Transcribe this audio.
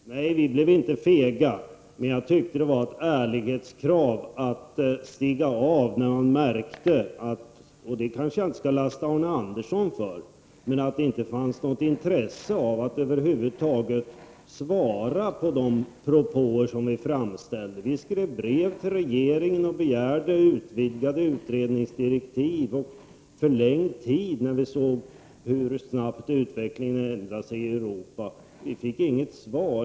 Herr talman! Nej, vi blev inte fega. Jag tyckte det var ett ärlighetskrav att stiga av när jag märkte — och detta skall jag väl inte lasta Arne Andersson i Ljung för — att det inte fanns något intresse för att över huvud taget svara på de propåer vi framställde. Vi skrev brev till regeringen och begärde utvidgade utredningsdirektiv och förlängd tid när vi såg hur snabbt utvecklingen gick fram i Europa. Vi fick inget svar.